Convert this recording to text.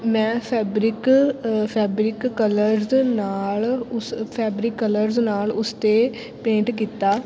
ਮੈਂ fabric fabric colours ਨਾਲ ਉਸ ਫੈਬਰਿਕ ਕਲਰਜ਼ ਨਾਲ ਉਸ 'ਤੇ ਪੇਂਟ ਕੀਤਾ